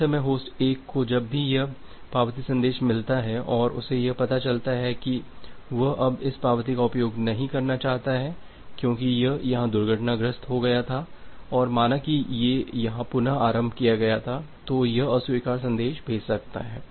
उसी समय होस्ट 1 को जब भी यह पावती संदेश मिलता है और उसे यह पता चलता है कि वह अब इस पावती का उपयोग नहीं करना चाहता है क्योंकि यह यहाँ दुर्घटनाग्रस्त हो गया था और माना की ये यहाँ पुनः आरंभ किया गया था तो यह अस्वीकार संदेश भेज सकता है